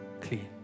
clean